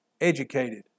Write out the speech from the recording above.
educated